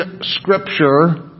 scripture